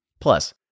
Plus